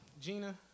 Gina